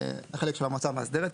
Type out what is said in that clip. החלק של המועצה המאסדרת,